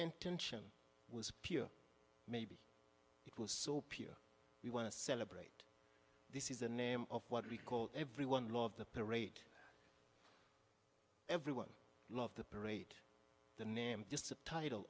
intention was pure maybe it was so pure we want to celebrate this is the name of what we call everyone love the parade everyone love the parade the name just the title